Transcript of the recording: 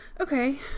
okay